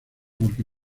porque